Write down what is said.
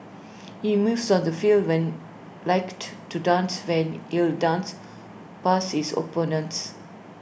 his moves on the field when likened to dance where he'll 'dance' past his opponents